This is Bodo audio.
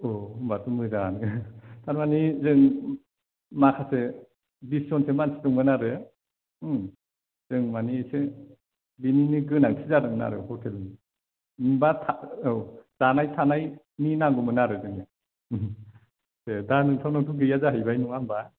औ होमब्लाथ' मोजाङानो थारमानि जों माखासे बिस जन से मानसि दं मोन आरो जों मानि एसे बेनिनो गोनांथि जादों आरो हटेलनि बा औ जानाय थानायनि नांगै मोन आरो जोंनो दा नोंथांनावथ' गैयै जाहैबाय नङा होमबा